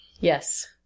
yes